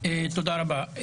תודה רבה.